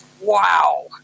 wow